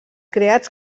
creats